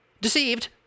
deceived